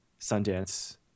sundance